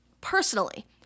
personally